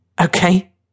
Okay